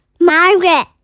Margaret